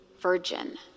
virgin